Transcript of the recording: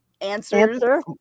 answer